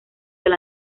del